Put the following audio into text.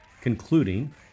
concluding